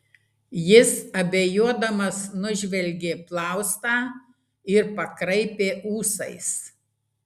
jis abejodamas nužvelgė plaustą ir pakraipė ūsais